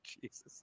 Jesus